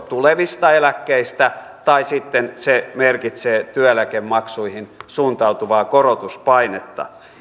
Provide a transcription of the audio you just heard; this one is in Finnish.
tulevista eläkkeistä tai sitten se merkitsee työeläkemaksuihin suuntautuvaa korotuspainetta